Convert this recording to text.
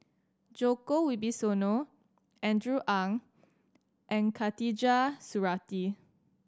Djoko Wibisono Andrew Ang and Khatijah Surattee